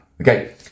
Okay